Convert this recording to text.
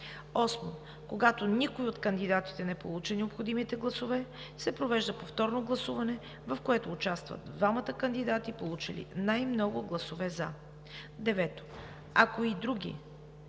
8. Когато никой от кандидатите не получи необходимите гласове, се провежда повторно гласуване, в което участват двамата кандидати, получили най-много гласове „за“. 9. Ако при